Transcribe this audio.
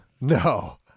No